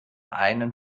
einen